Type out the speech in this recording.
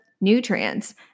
nutrients